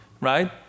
right